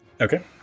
Okay